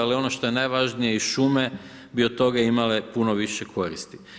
Ali ono što je najvažnije i šume bi od toga imale puno više koristi.